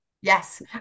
Yes